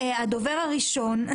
הדובר הראשון,